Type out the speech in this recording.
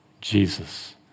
Jesus